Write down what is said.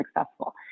successful